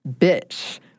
Bitch